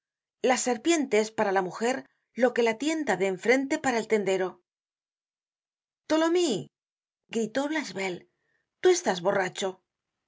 la serpiente es para la mujer lo que la tienda de en frente para el tendero tholomyes gritó blachevelle tú estás borracho i